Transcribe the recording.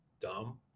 dumb